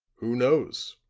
who knows?